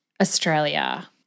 Australia